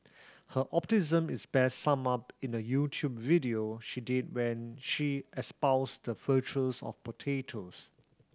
her optimism is best summed up in a YouTube video she did when she espoused the virtues of potatoes